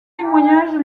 témoignages